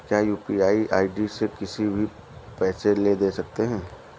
क्या UPI ID से किसी से भी पैसे ले दे सकते हैं?